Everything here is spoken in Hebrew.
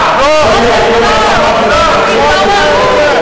אדם על מדינתנו שהוא רוצה לעזוב אותה.